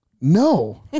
No